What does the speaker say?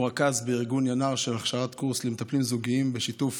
הוא רכז בארגון ינר של קורס להכשרת מטפלים זוגיים בשיתוף